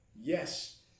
yes